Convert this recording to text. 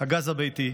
הגז הביתי.